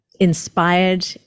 inspired